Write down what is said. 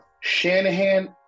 Shanahan